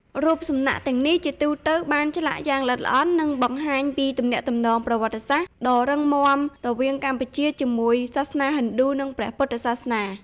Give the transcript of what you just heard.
រូបសំណាកទាំងនេះជាទូទៅត្រូវបានឆ្លាក់យ៉ាងល្អិតល្អន់ និងបង្ហាញពីទំនាក់ទំនងប្រវត្តិសាស្ត្រដ៏រឹងមាំរវាងកម្ពុជាជាមួយសាសនាហិណ្ឌូ និងព្រះពុទ្ធសាសនា។